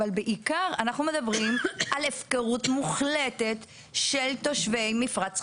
אבל בעיקר אנחנו מדברים על הפקרות מוחלטת של תושבי מפרץ חיפה.